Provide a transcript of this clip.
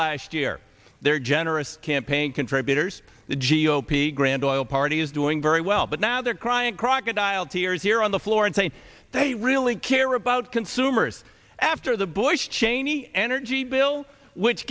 last year their generous campaign contributors the g o p grand ol party is doing very well but now they're crying crocodile tears here on the floor and saying they really care about consumers after the bush cheney energy bill which